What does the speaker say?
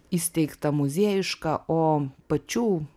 įsteigta muziejiška o pačių